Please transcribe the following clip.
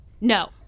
No